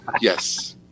Yes